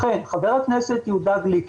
לכן חבר הכנסת יהודה גליק,